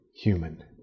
human